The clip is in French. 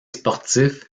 sportifs